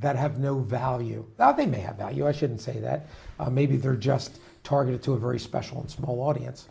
that have no value that they may have about you i shouldn't say that maybe they're just targeted to a very special small audience